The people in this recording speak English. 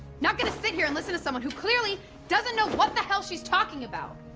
not gonna sit here and listen to someone who clearly doesn't know what the hell she's talking about!